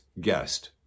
guest